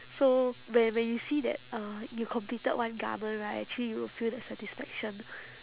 so when when you see that uh you completed one garment right actually you will feel that satisfaction